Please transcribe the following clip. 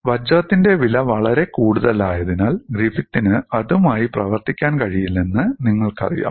വജ്രത്തിന്റെ വില വളരെ കൂടുതലായതിനാൽ ഗ്രിഫിത്തിന് അതുമായി പ്രവർത്തിക്കാൻ കഴിയില്ലെന്ന് നിങ്ങൾക്കറിയാം